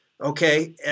Okay